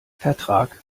vertrag